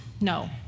No